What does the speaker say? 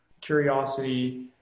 curiosity